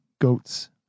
goats